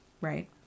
Right